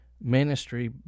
ministry